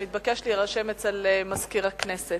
שרוצה לומר משהו בעניין מתבקש להירשם אצל מזכיר הכנסת.